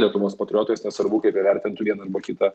lietuvos patriotais nesvarbu kaip jie vertintų vieną arba kitą